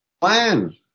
plan